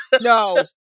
No